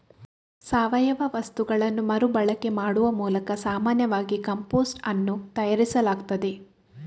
ಸಾವಯವ ವಸ್ತುಗಳನ್ನ ಮರು ಬಳಕೆ ಮಾಡುವ ಮೂಲಕ ಸಾಮಾನ್ಯವಾಗಿ ಕಾಂಪೋಸ್ಟ್ ಅನ್ನು ತಯಾರಿಸಲಾಗ್ತದೆ